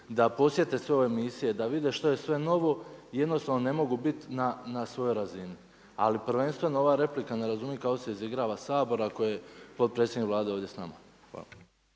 da posjete sve ove misije, da vide što je sve novo. Jednostavno ne mogu bit na svojoj razini. Ali prvenstveno ova replika ne razumijem kako se izigrava Sabor ako je potpredsjednik Vlade ovdje sa nama.